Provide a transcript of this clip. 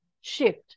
shift